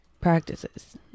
practices